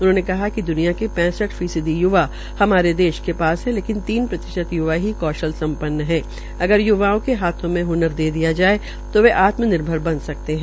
उन्होंने कहा कि द्निया के पैंसठ फीसदी य्वा हमारे देश के पास है लेकिन तीन प्रतिशत य्वा ही कौशल संपन्न है अगर य्वाओं के हाथों में हनर दे दिया जाये जो वे आत्म निर्भर बन सकते है